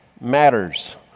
Matters